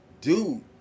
Dude